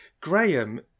Graham